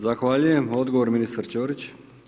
Zahvaljujem, odgovor ministar Ćorić.